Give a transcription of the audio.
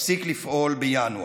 תפסיק לפעול בינואר.